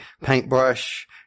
paintbrush